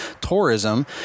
Tourism